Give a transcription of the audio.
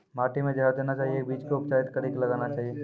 माटी मे जहर देना चाहिए की बीज के उपचारित कड़ी के लगाना चाहिए?